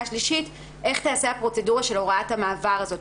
ושלישית איך תיעשה הפרוצדורה של הוראת המעבר הזאת.